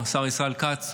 השר ישראל כץ,